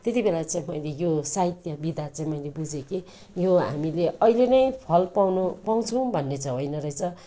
त्यति बेला चाहिँ मैले यो साहित्य विधा चाहिँ मैले बुझैँ के यो हामीले अहिले नै फल पाउनु पाउँछौँ भन्ने चाहिँ होइन रहेछ